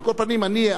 על כל פנים אני,